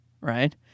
right